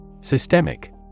Systemic